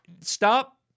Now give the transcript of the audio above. stop